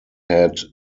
had